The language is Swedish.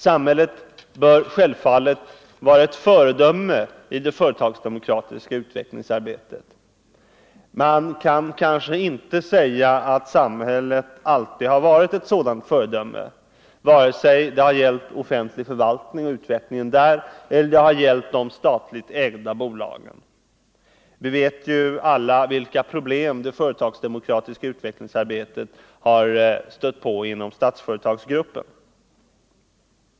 Samhället bör självfallet vara ett föredöme i Åtgärder för att det företagsdemokratiska utvecklingsarbetet. Man kan kanske inte säga = fördjupa arbetsdeatt samhället alltid har varit ett sådant föredöme vare sig det gällt offentlig mokratin förvaltning eller statligt ägda bolag. Vi vet alla vilka problem det företagsdemokratiska utvecklingsarbetet stött på inom Statsföretagsgruppen.